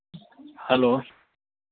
hello